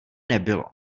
nebylo